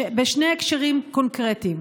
בשני הקשרים קונקרטיים: